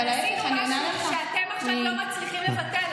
אבל עשינו משהו שאתם עכשיו לא מצליחים לבטל,